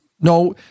no